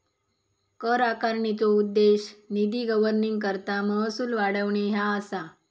कर आकारणीचो उद्देश निधी गव्हर्निंगकरता महसूल वाढवणे ह्या असा